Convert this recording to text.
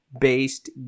based